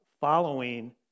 following